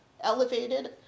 elevated